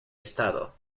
estado